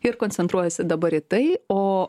ir koncentruojasi dabar į tai o